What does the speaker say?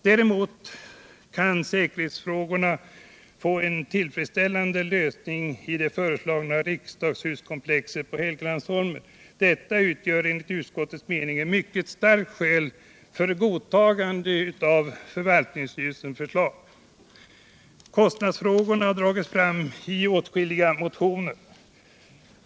Däremot kan säkerhetsfrågorna få en tilltredsställande lösning i det föreslagna riksdagshuskomplexet på Helgeandsholmen. Detta utgör enligt utskottets mening ett mycket starkt skäl för godtagande av förvaltningsstyrelsens förslag. Kostnadsfrågorna har dragits fram i åtskilliga motioner.